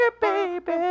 baby